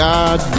God